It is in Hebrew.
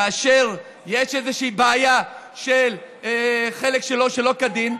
כאשר יש איזושהי בעיה של חלק שלא כדין,